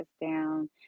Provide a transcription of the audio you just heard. down